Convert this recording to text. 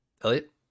Elliot